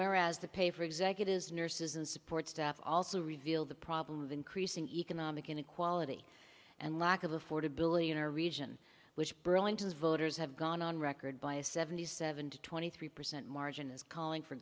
whereas the pay for executives nurses and support staff also revealed the problem of increasing economic inequality and lack of affordability in our region which burlington's voters have gone on record by a seventy seven to twenty three percent margin is calling for